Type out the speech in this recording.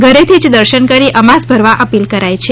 ધરેથી જ દર્શન કરી અમાસ ભરવા અપીલ કરાઈ છે